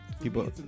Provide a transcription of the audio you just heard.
People